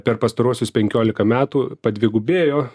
per pastaruosius penkiolika metų padvigubėjo